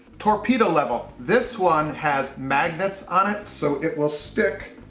torpedo level. this one has magnets on it so, it will stick